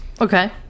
Okay